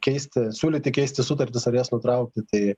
keisti siūlyti keisti sutartis ar jas nutraukti tai